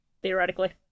Theoretically